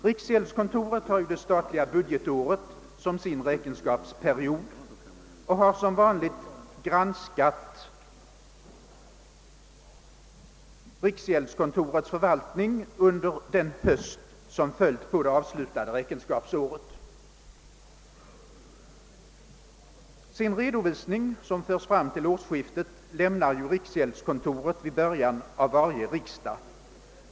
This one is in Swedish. Riksgäldskontoret har det statliga budgetåret som sin räkenskapsperiod och har som vanligt granskats under den höst som följer på avslutat räkenskapsår. Den redovisning som föres fram till årsskiftet lämnar riksgäldskontoret vid början av varje riksdag.